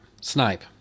Snipe